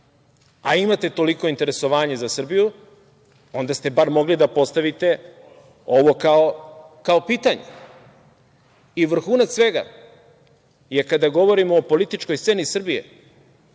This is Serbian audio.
a imate toliko interesovanje za Srbiju, onda ste bar mogli da postavite ovo kao pitanje. Vrhunac svega je kada govorimo o političkoj sceni Srbije,